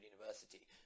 University